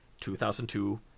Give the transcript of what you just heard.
2002